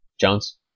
Jones